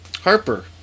Harper